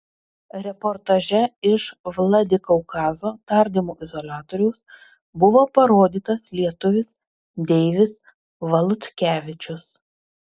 reportaže iš vladikaukazo tardymo izoliatoriaus buvo parodytas lietuvis deivis valutkevičius